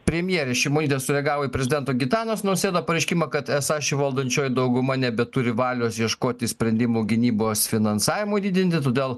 premjerė šimonytė sureagavo į prezidento gitanos nausėdo pareiškimą kad esą ši valdančioji dauguma nebeturi valios ieškoti sprendimų gynybos finansavimui didinti todėl